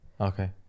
Okay